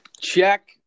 Check